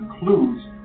includes